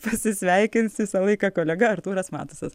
pasisveikins visą laiką kolega artūras matusas